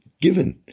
given